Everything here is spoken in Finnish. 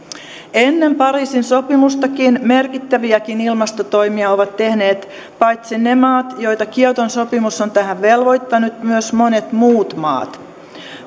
ennen pariisin sopimustakin merkittäviäkin ilmastotoimia ovat tehneet paitsi ne maat joita kioton sopimus on tähän velvoittanut myös monet muut maat